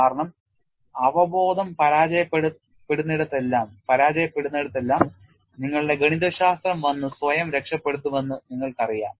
കാരണം അവബോധം പരാജയപ്പെടുന്നിടത്തെല്ലാം നിങ്ങളുടെ ഗണിതശാസ്ത്രം വന്ന് സ്വയം രക്ഷപ്പെടുത്തണമെന്ന് നിങ്ങൾക്കറിയാം